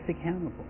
accountable